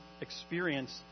experience